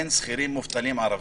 אין שכירים מובטלים ערבים?